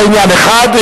זה עניין אחד.